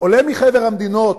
עולה מחבר המדינות,